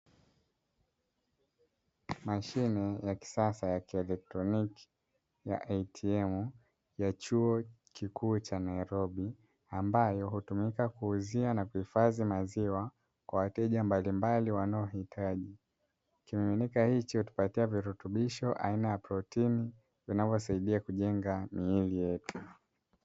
Mashine ya kisasa ya kieletroniki ya" ATM" ya chuo kikuu cha Nairobi ambayo hutumika kuuzia na kuhifadhia maziwa kwa wateja mbalimbali wanaohitaji. Kimiminika hicho hutupatia virutubisho aina ya protini vinavyosaidia kujengea miili yetu.